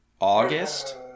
August